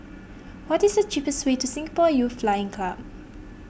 what is the cheapest way to Singapore Youth Flying Club